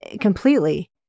completely